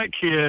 kid